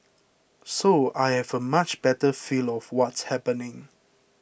so I have a much better feel of what's happening